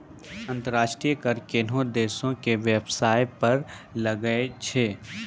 अंतर्राष्ट्रीय कर कोनोह देसो के बेबसाय पर लागै छै